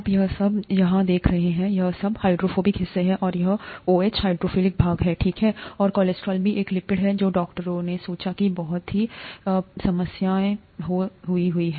आप यह सब यहाँ देख रहे हैं यह सब हाइड्रोफोबिक हिस्सा है और यह ओएच हाइड्रोफिलिक भाग है ठीक है और कोलेस्ट्रॉल भी एक लिपिड है जो डॉक्टरों ने सोचा था किबहुत सारी पहलेसमस्याएं हुई थीं